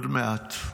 עוד מעט,